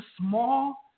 small